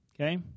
Okay